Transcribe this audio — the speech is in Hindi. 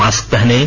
मास्क पहनें